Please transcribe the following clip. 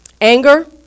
Anger